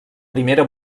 primera